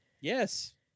Yes